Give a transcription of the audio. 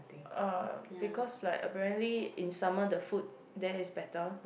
uh because like apparently in summer the food there is better